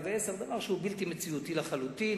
דבר שהוא בלתי מציאותי לחלוטין,